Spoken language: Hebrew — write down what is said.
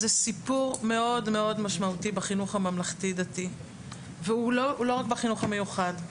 זה סיפור מאוד משמעותי בחינוך הממלכתי דתי ולא רק בחינוך המיוחד.